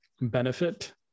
benefit